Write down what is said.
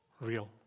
real